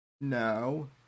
No